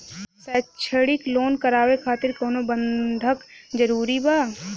शैक्षणिक लोन करावे खातिर कउनो बंधक जरूरी बा?